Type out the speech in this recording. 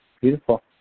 Beautiful